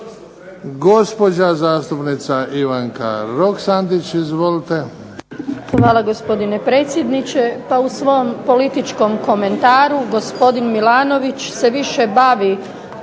Gospođa zastupnica Ivanka Roksandić. Izvolite.